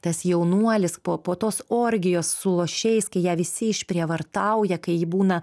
tas jaunuolis po po tos orgijos su lošėjais kai ją visi išprievartauja kai ji būna